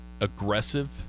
aggressive